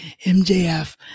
mjf